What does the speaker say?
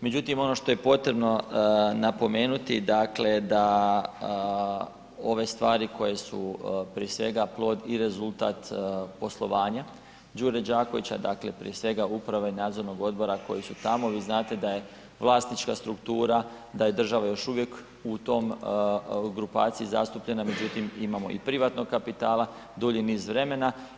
Međutim ono što je potrebno napomenuti dakle da ove stvari koje su prije svega plod i rezultat poslovanja Đure Đakovića, dakle prije svega uprave i nadzornog odbora koji su tamo, vi znate da je vlasnička struktura, da je država još uvijek u tom, grupaciji zastupljena međutim imamo i privatnog kapitala dulji niz vremena.